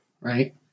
right